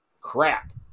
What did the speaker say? crap